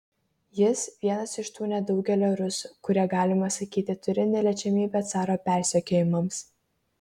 jis vienas iš tų nedaugelio rusų kurie galima sakyti turi neliečiamybę caro persekiojimams